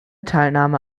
teilnahme